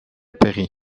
péri